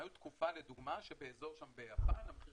היו תקופות לדוגמה שבאזור ביפן המחיר